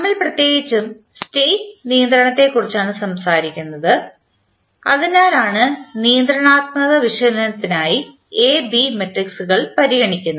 നമ്മൾ പ്രത്യേകിച്ചും സ്റ്റേറ്റ് നിയന്ത്രണത്തെക്കുറിച്ചാണ് സംസാരിക്കുന്നത് അതിനാലാണ് നിയന്ത്രണാത്മക വിശകലനത്തിനായി എ ബി മെട്രിക്സുകൾ പരിഗണിക്കുന്നത്